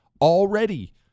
already